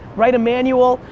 write a manual.